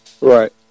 Right